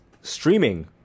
streaming